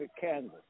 canvas